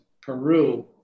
Peru